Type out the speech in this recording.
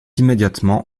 immédiatement